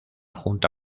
junta